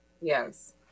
yes